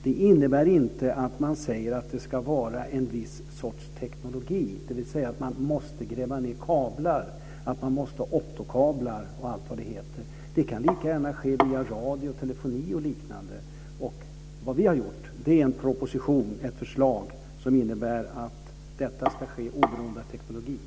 Det innebär inte att det ska vara en sorts teknik, dvs. att man måste gräva ned kablar, att man måste ha optokablar och allt vad de heter. Det kan lika gärna ske via radio, telefoni och liknande. Vad vi har gjort är att lägga fram en proposition som innebär att detta ska ske oberoende av teknik.